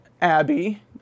Abby